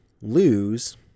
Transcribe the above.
lose